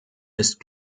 ist